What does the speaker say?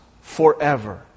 forever